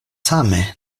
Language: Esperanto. same